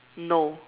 no